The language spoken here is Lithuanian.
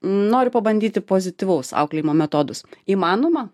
noriu pabandyti pozityvaus auklėjimo metodus įmanoma